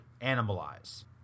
Animalize